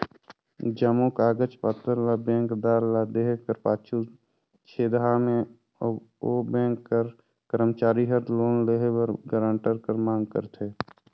जम्मो कागज पाथर ल बेंकदार ल देहे कर पाछू छेदहा में ओ बेंक कर करमचारी हर लोन लेहे बर गारंटर कर मांग करथे